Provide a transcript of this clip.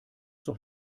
doch